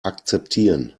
akzeptieren